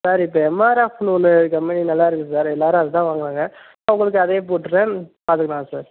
sir இப்போ எம்ஆர்எஃப்ன்னு ஒன்று கம்பெனி நல்லாயிருக்கு சார் எல்லோரும் அது தான் வாங்குகிறாங்க உங்களுக்கு அதே போட்டுடறேன் பார்த்துக்குலாம் சார்